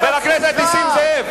חבר הכנסת נסים זאב.